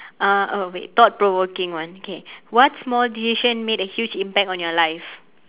uh uh wait thought provoking one okay what small decision made a huge impact on your life